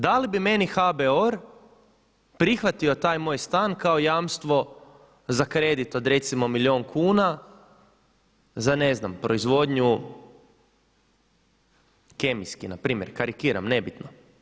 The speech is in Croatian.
Da li bi meni HBOR prihvatio taj moj stan kao jamstvo za kredit od recimo milijun kuna za ne znam proizvodnju kemijskih, npr. karikiram, nebitno?